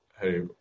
hey